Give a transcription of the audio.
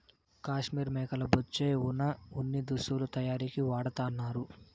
కాశ్మీర్ మేకల బొచ్చే వున ఉన్ని దుస్తులు తయారీకి వాడతన్నారు